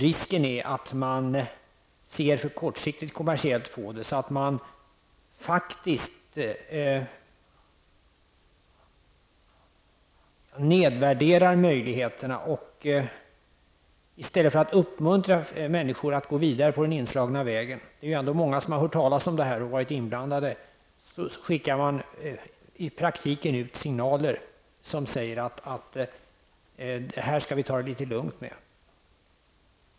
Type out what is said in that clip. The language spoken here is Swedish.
Risken är att man ser till kortsiktiga kommersiella intressen så att man nedvärderar möjligheterna. I stället för att uppmuntra människor att gå vidare på den inslagna vägen, det är ju ändå många som har hört talas om detta och varit inblandade, skickar man i praktiken ut signaler som säger: Det här skall vi ta det litet lungt med.